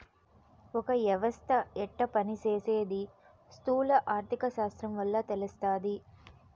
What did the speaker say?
ఒక యవస్త యెట్ట పని సేసీది స్థూల ఆర్థిక శాస్త్రం వల్ల తెలస్తాది